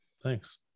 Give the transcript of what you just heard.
Thanks